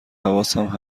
حواسم